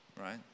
right